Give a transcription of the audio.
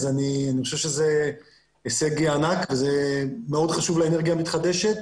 זה הישג ענק ומאוד חשוב לאנרגיה המתחדשת